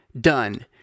done